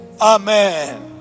Amen